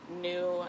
new